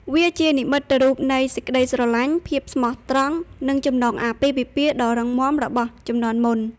វាជានិមិត្តរូបនៃ សេចក្ដីស្រឡាញ់ ភាពស្មោះត្រង់ និង ចំណងអាពាហ៍ពិពាហ៍ ដ៏រឹងមាំរបស់ជំនាន់មុន។